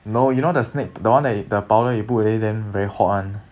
no you know the snake that one the powder you put already then very hot [one]